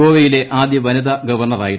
ഗോവയിലെ ആദ്യ വനിത ഗവർണറായിരുന്നു